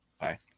Bye